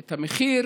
את המחיר